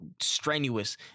strenuous